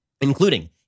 including